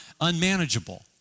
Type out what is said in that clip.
unmanageable